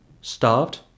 Starved